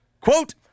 Quote